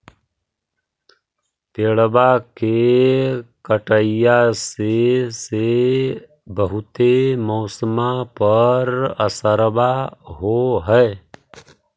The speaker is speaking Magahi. पेड़बा के कटईया से से बहुते मौसमा पर असरबा हो है?